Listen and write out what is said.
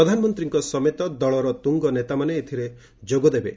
ପ୍ରଧାନମନ୍ତ୍ରୀଙ୍କ ସମେତ ଦଳର ତୁଙ୍ଗ ନେତାମାନେ ଏଥିରେ ଯୋଗ ଦେବେ